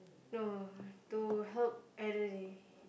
no to help elderly